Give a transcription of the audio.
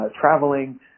traveling